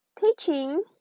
teaching